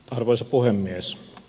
arvoisa puhemies